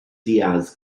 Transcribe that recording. diaz